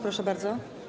Proszę bardzo.